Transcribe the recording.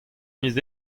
miz